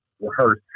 rehearse